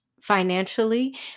Financially